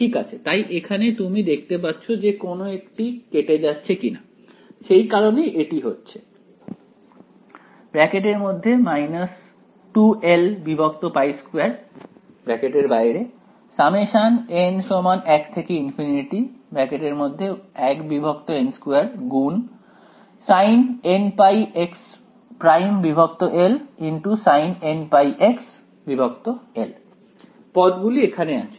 ঠিক আছে তাই এখানে তুমি দেখতে পাচ্ছো যে কোন একটি কেটে যাচ্ছে কিনা সেই কারণেই এটি হচ্ছে 2l2 1n2 পদগুলি এখানে আছে